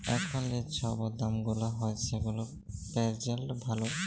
এখল যে ছব দাম গুলা হ্যয় সেগুলা পের্জেল্ট ভ্যালু